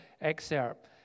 excerpt